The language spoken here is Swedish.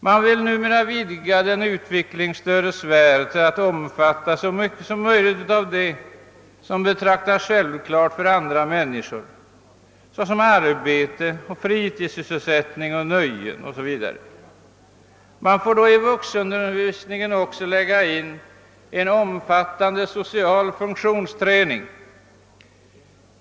Man vill numera vidga den utvecklingsstördes värld till att omfatta så mycket som möjligt av det vi betraktar som självklart för andra människor, såsom arbete, fritidssysselsättning, nöjen o.s.v. Man får då i vuxenundervisningen också lägga in en omfattande social funktionsträning.